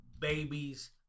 babies